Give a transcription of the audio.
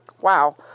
wow